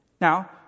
Now